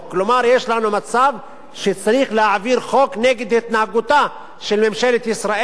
כלומר יש לנו מצב שצריך להעביר חוק נגד התנהגותה של ממשלת ישראל,